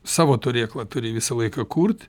savo turėklą turi visą laiką kurt